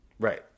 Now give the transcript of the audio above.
Right